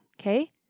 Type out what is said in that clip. Okay